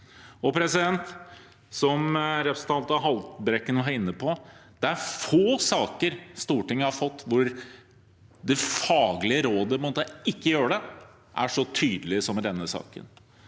Stortinget. Som representanten Haltbrekken var inne på: Det er få saker Stortinget har fått hvor det faglige rådet mot ikke å gjøre det, er så tydelig som i denne saken.